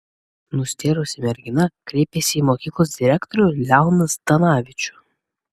nustėrusi mergina kreipėsi į mokyklos direktorių leoną zdanavičių